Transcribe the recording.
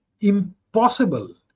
impossible